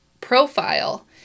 profile